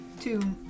two